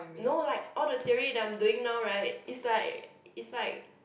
no like all the theory that I'm doing now right is like is like